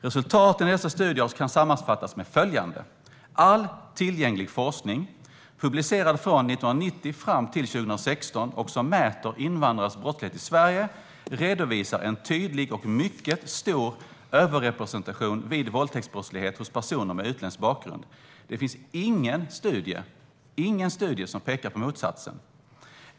Resultaten i dessa studier kan sammanfattas med följande: All tillgänglig forskning publicerad från 1990 fram till 2016 som mäter invandrares brottslighet i Sverige redovisar en tydlig och mycket stor överrepresentation vid våldtäktsbrottslighet hos personer med utländsk bakgrund. Det finns ingen studie som pekar på motsatsen.